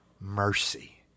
mercy